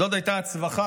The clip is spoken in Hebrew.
זו הייתה הצווחה,